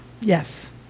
Yes